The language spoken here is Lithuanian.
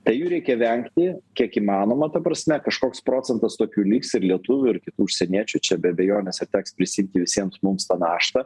tai jų reikia vengti kiek įmanoma ta prasme kažkoks procentas tokių liks ir lietuvių ir kitų užsieniečių čia be abejonės ir teks prisiimti visiems mums tą naštą